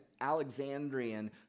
Alexandrian